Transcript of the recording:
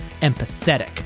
empathetic